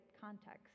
context